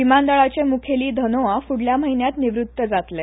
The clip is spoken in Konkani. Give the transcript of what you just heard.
विमानदळाचे मुखेली धनोआ फुडल्या म्हयन्यांत निवृत्त जातले